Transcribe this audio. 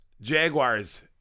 Jaguars